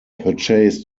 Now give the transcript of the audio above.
purchased